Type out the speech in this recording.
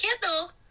Kendall